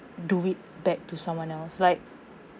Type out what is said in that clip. do it back to someone else like